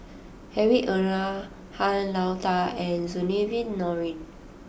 Hedwig Anuar Han Lao Da and Zainudin Nordin